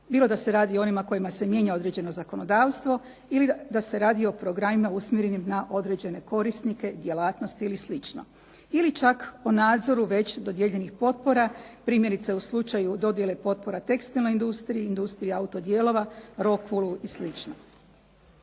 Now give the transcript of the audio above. bilo da se radi o onima kojima se mijenja određeno zakonodavstvo ili da se radi o programima usmjerenim na određene korisnike, djelatnost ili slično. Ili čak o nadzoru već dodijeljenih potpora, primjerice u slučaju dodjele potpora tekstilnoj industriji, industriji autodijelova, rokvela i